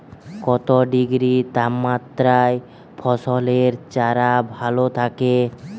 কত ডিগ্রি তাপমাত্রায় ফসলের চারা ভালো থাকে?